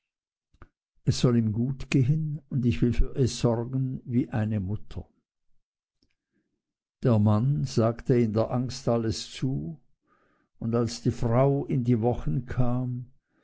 es soll ihm gut gehen und ich will für es sorgen wie eine mutter der mann sagte in der angst alles zu und als die frau in wochen kam